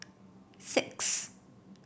six